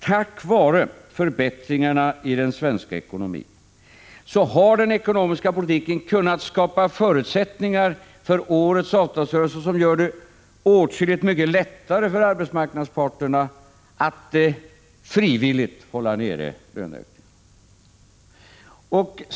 Tack vare förbättringarna i den svenska ekonomin har den ekonomiska politiken kunnat skapa förutsättningar för årets avtalsrörelse som gör det åtskilligt lättare för arbetsmarknadens parter att frivilligt hålla nere löneökningarna.